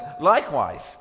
likewise